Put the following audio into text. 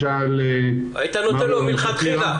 אגב, כשהתחילה